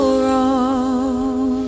wrong